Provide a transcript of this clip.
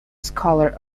scholar